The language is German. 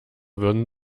würden